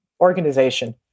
organization